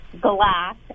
glass